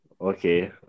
Okay